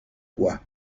quoi